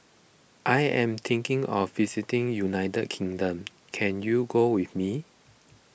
I am thinking of visiting United Kingdom can you go with me